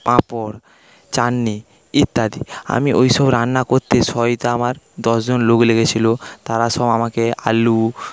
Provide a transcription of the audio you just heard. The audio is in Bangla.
পাপড় চাটনি ইত্যাদি আমি ওইসব রান্না করতে আমার দশজন লোক লেগেছিলো তারা সব আমাকে আলু